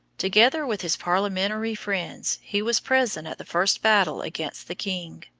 together with his parliamentary friends he was present at the first battle against the king.